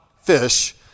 fish